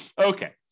Okay